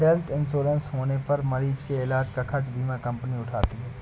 health insurance होने पर मरीज के इलाज का खर्च बीमा कंपनी उठाती है